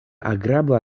agrabla